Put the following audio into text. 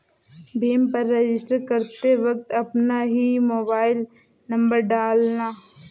भीम पर रजिस्टर करते वक्त अपना ही मोबाईल नंबर डालना